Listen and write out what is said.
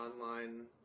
online